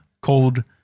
called